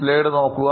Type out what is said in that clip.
സ്ലൈഡ്നോക്കുക